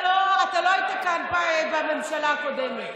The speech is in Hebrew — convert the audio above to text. אתה לא היית כאן בממשלה הקודמת.